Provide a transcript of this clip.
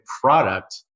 product